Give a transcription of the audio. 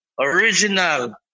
Original